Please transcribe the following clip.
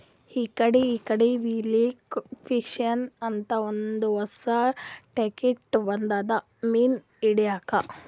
ಇಕಡಿ ಇಕಡಿ ಎಲೆಕ್ರ್ಟೋಫಿಶಿಂಗ್ ಅಂತ್ ಒಂದ್ ಹೊಸಾ ಟೆಕ್ನಿಕ್ ಬಂದದ್ ಮೀನ್ ಹಿಡ್ಲಿಕ್ಕ್